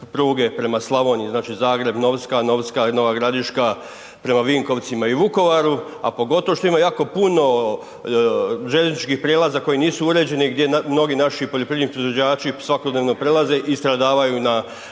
pruge prema Slavoniji, znači Zagreb-Novska, Novska-Nova Gradiška, prema Vinkovcima i Vukovaru, a pogotovo što ima jako puno željezničkih prijelaza koji nisu uređeni gdje mnogi naši poljoprivredni proizvođači svakodnevno prelaze i stradavaju na